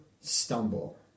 stumble